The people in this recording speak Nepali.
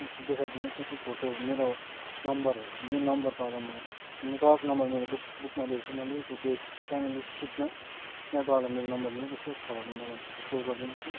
उएस देखाइदिनुहोस् न यसो फोटो मेरो नम्बरहरू मेरो नम्बर तपाईँलाई म तपाईँको नम्बर मेरो बुक बुकमा देखेको थिएँ मैले त्यो पेज सानो लिस्ट सिटमा त्यहाँ तपाईँलाई मेरो नम्बर दिन्छु यसो छ भने मलाई सेयर गरिदिनुहोस् हो